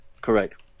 Correct